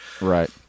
Right